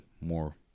more